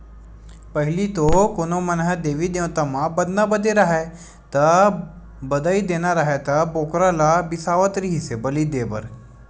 पहिली तो कोनो मन ह देवी देवता म बदना बदे राहय ता, बधई देना राहय त बोकरा ल बिसावत रिहिस हे बली देय बर